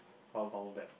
how long back